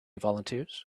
volunteers